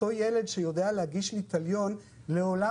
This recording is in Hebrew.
אותו ילד שיודע להגיש לי תליון לעולם